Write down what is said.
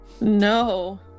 No